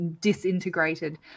disintegrated